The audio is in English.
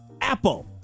Apple